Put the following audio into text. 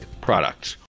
Products